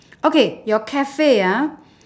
okay your cafe ah